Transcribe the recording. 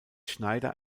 schneider